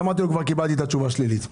עניתי שכבר קיבלתי תשובה שלילית.